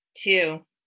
Two